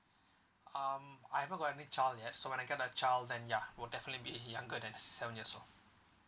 um I haven't got any child yet so when I get a child then ya will definitely be younger than seven years old